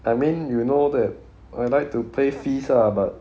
I mean you know that I like to play fizz ah but